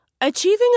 Achieving